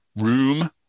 room